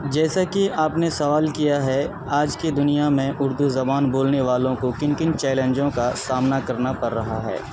جیسے کہ آپ نے سوال کیا ہے آج کی دنیا میں اردو زبان بولنے والوں کو کن کن چیلینجوں کا سامنا کرنا پر رہا ہے